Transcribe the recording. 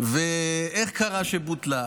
ואיך קרה שבוטלה,